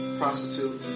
prostitute